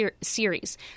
Series